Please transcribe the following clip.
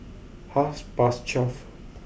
half past twelve